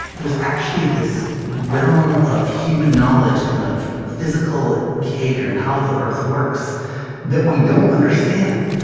there's actually this realm of human knowledge and of physical behavior and how the earthworks that we don't understand